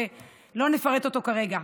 ולא נפרט אותו כרגע.